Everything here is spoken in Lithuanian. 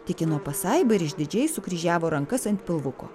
tikino pasaiba ir išdidžiai sukryžiavo rankas ant pilvuko